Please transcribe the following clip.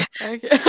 okay